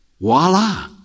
voila